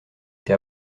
été